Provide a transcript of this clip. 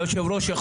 והיו"ר יכול,